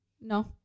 No